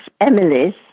Emily's